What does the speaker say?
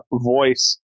voice